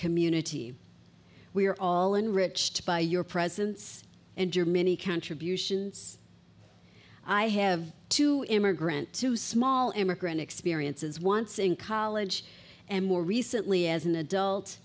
community we are all enriched by your presence and your many contributions i have two immigrant two small immigrant experiences once in college and more recently as an adult